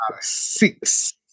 six